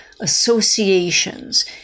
associations